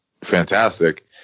fantastic